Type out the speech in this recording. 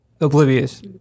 oblivious